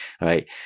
right